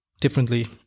differently